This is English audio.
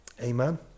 Amen